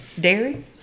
dairy